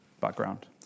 background